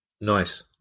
Nice